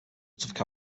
results